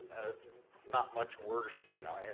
and it's not much worse you know, and